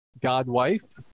God-wife